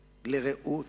לרעות,